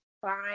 Fine